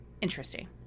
interesting